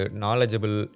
knowledgeable